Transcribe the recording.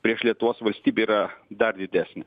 prieš lietuvos valstybę yra dar didesnė